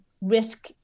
risk